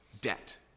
debt